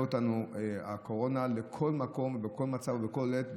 אותנו הקורונה בכל מקום ובכל מצב ובכל עת,